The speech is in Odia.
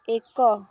ଏକ